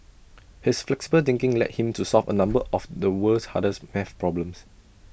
his flexible thinking led him to solve A number of the world's hardest math problems